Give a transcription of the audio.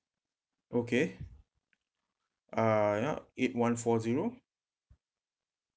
okay uh ya eight one four zero